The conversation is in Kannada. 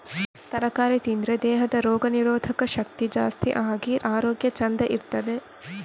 ತರಕಾರಿ ತಿಂದ್ರೆ ದೇಹದ ರೋಗ ನಿರೋಧಕ ಶಕ್ತಿ ಜಾಸ್ತಿ ಆಗಿ ಆರೋಗ್ಯ ಚಂದ ಇರ್ತದೆ